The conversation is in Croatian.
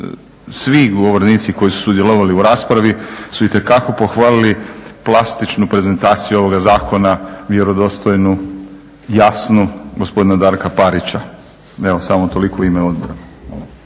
svi govornici koji su sudjelovali u raspravi su itekako pohvalili plastičnu prezentaciju ovoga zakona vjerodostojnu, jasnu gospodina Darka Parića. Evo samo toliko u ime odbora.